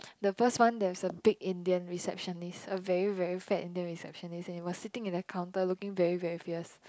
the first one there was a big Indian receptionist a very very fat Indian receptionist and he was sitting in the counter looking very very fierce